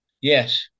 yes